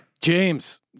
James